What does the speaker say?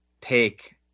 take